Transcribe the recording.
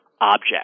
object